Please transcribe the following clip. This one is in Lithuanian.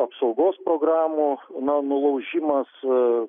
apsaugos programų na nulaužimas